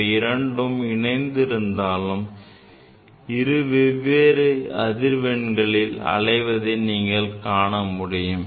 இவை இரண்டும் இணைந்து இருந்தாலும் இரு வேறு அதிர்வெண்களில் அலைவதை காணமுடியும்